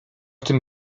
tym